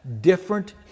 different